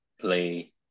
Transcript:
play